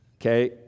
Okay